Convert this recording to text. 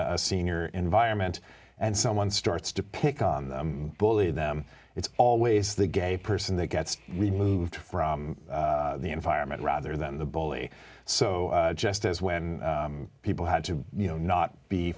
a senior environment and someone starts to pick on the bully them it's always the gay person that gets removed from the environment rather than the bully so just as when people had to you know not be